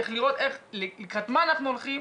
לראות לקראת מה אנחנו הולכים,